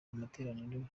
amateraniro